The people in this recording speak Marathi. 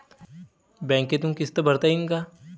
बँकेतून किस्त भरता येईन का?